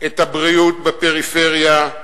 את הבריאות בפריפריה,